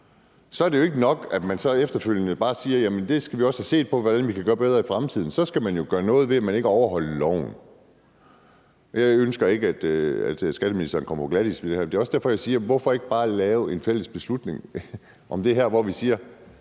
er det jo ikke nok, at man så efterfølgende bare siger, at vi så også skal se på, hvordan vi kan gøre det bedre i fremtiden. Så skal man jo gøre noget ved, at man ikke overholder loven. Jeg ønsker ikke, at skatteministeren kommer på glatis med det her, og det er også derfor, jeg siger: Hvorfor ikke bare lave en fælles beslutning om det her, hvor vi siger,